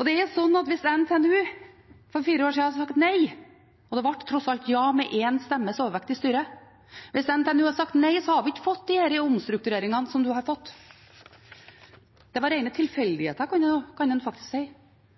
Hvis NTNU for fire år siden hadde sagt nei – det ble tross alt ja med én stemmes overvekt i styret – hadde vi ikke fått disse omstruktureringene som vi nå har fått. Det var rene tilfeldigheten, kan en faktisk si.